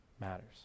matters